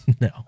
no